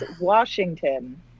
Washington